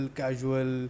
casual